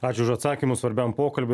ačiū už atsakymus svarbiam pokalbiui